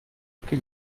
ecke